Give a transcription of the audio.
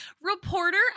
reporter